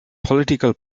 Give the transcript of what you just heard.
political